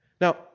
Now